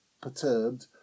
perturbed